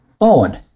Owen